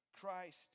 Christ